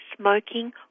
Smoking